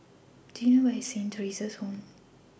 Do YOU know Where IS Saint Theresa's Home